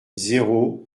zéro